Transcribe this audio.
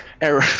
Error